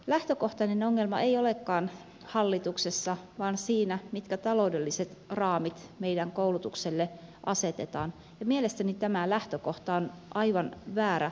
lähtökohtainen ongelma ei olekaan hallituksessa vaan siinä mitkä taloudelliset raamit meidän koulutukselle asetetaan ja mielestäni tämä lähtökohta on aivan väärä